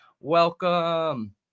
Welcome